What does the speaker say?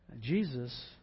Jesus